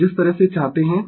तो जिस तरह से चाहते है